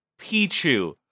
Pichu